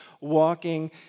walking